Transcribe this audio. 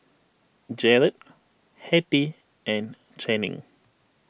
Jarod Hetty and Channing